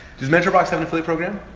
does mentor box have an affiliate program?